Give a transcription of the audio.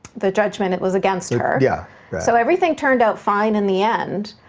the judgment, it was against her, yeah so everything turned out fine in the end,